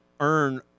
earn